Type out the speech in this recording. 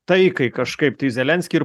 taikai kažkaip tai zelenskį ir